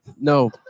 No